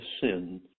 sin